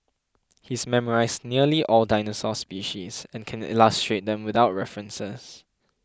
he's memorised nearly all dinosaur species and can illustrate them without references